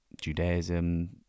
Judaism